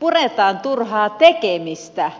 puretaan turhaa tekemistä